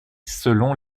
selon